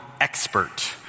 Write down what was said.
expert